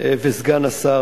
וסגן השר,